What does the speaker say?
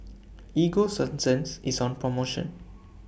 Ego Sunsense IS on promotion